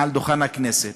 מעל דוכן הכנסת,